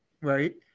right